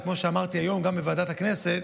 וכמו שאמרתי היום גם בוועדת הכנסת,